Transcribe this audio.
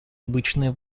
обычные